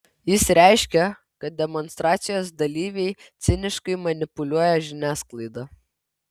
jis reiškė kad demonstracijos dalyviai ciniškai manipuliuoja žiniasklaida